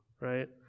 right